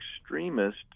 extremist